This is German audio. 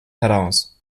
heraus